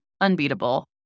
unbeatable